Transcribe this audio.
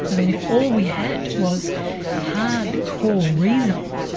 i mean if all we had was hard core reason,